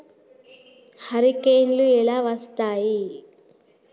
హరికేన్లు ఎలా వస్తాయి?